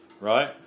right